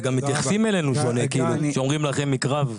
וגם מתייחסים אלינו שונה, כשאומרים נכה מקרב.